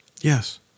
Yes